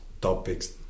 topics